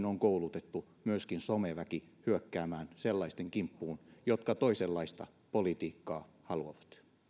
on koulutettu myöskin someväki hyökkäämään sellaisten kimppuun jotka toisenlaista politiikkaa haluavat